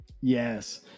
Yes